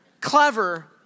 Clever